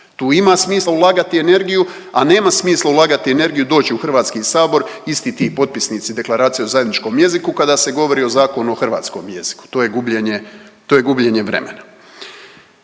Tu ima smisla ulagati energiju, a nema smisla ulagati energiju, doći u HS isti ti potpisnici Deklaracije o zajedničkom jeziku kada se govori o Zakonu o hrvatskom jeziku, to je gubljenje vremena.